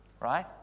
Right